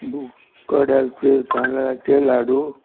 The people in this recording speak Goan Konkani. भूक कड्याचे तांदळाचे लाडू